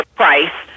price